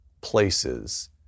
places